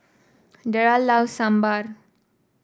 Derald loves Sambar